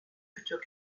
futurs